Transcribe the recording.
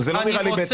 לא.